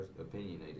opinionated